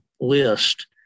list